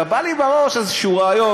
אלא בא לי בראש איזה רעיון,